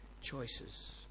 choices